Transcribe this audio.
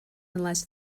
unless